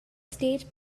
stage